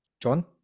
John